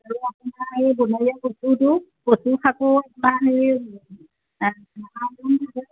আৰু আপোনাৰ এই বনৰীয়া কচুটো কচু শাকো আপোনাৰ হেৰি